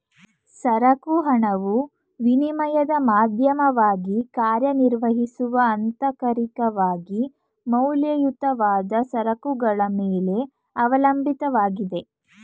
ಸರಕು ಹಣವು ವಿನಿಮಯದ ಮಾಧ್ಯಮವಾಗಿ ಕಾರ್ಯನಿರ್ವಹಿಸುವ ಅಂತರಿಕವಾಗಿ ಮೌಲ್ಯಯುತವಾದ ಸರಕುಗಳ ಮೇಲೆ ಅವಲಂಬಿತವಾಗಿದೆ